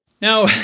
Now